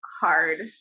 hard